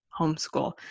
homeschool